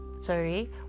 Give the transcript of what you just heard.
sorry